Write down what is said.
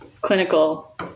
clinical